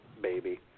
baby